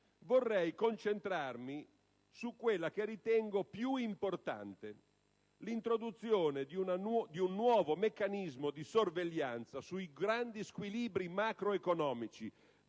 Vorrei concentrarmi su quella che ritengo la più importante: l'introduzione di un nuovo meccanismo di sorveglianza sui grandi squilibri macroeconomici,